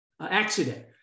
accident